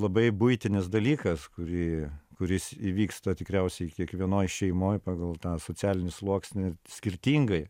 labai buitinis dalykas kurį kuris įvyksta tikriausiai kiekvienoj šeimoj pagal tą socialinį sluoksnį skirtingai